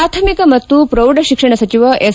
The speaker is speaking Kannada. ಪ್ರಾಥಮಿಕ ಮತ್ತು ಪ್ರೌಢಶಿಕ್ಷಣ ಸಚಿವ ಎಸ್